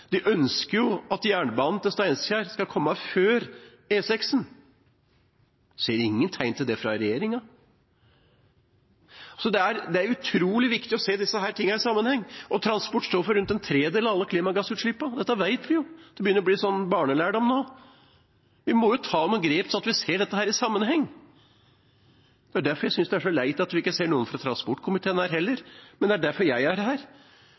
at jernbanen til Steinkjer skal komme før E6-en. Jeg ser ingen tegn til det fra regjeringa. Det er utrolig viktig å se dette i sammenheng. Transport står for rundt en tredel av alle klimagassutslippene – dette vet vi jo, det begynner å bli barnelærdom. Vi må ta noen grep, sånn at vi ser dette i sammenheng. Det er derfor jeg synes det er leit at vi ikke ser noen fra transportkomiteen her, og det er derfor jeg er her